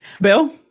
bill